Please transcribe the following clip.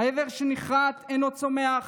האיבר שנכרת אינו צומח,